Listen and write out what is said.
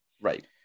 Right